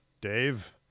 Dave